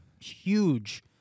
huge